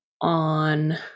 on